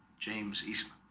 james eastman